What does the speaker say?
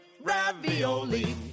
ravioli